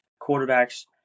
quarterbacks